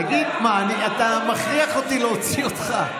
תגיד, אתה מכריח אותי להוציא אותך?